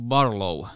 Barlow